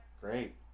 Great